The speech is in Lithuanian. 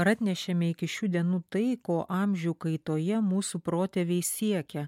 ar atnešėme iki šių dienų tai ko amžių kaitoje mūsų protėviai siekia